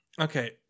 Okay